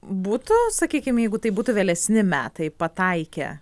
būtų sakykim jeigu tai būtų vėlesni metai pataikę